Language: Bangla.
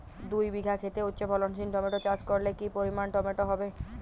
দুই বিঘা খেতে উচ্চফলনশীল টমেটো চাষ করলে কি পরিমাণ টমেটো হবে?